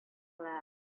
кыла